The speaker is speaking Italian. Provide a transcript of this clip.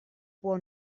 può